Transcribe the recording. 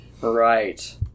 Right